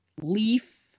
Leaf